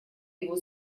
его